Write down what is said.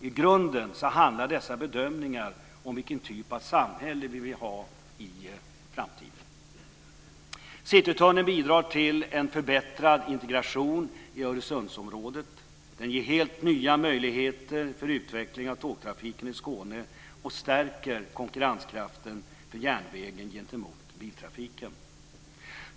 I grunden handlar dessa bedömningar om vilken typ av samhälle vi vill ha i framtiden. Citytunneln bidrar till en förbättrad integration i Öresundsområdet. Den ger helt nya möjligheter för utveckling av tågtrafiken i Skåne och stärker järnvägens konkurrenskraft gentemot biltrafiken.